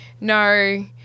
no